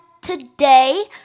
today